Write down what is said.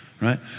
right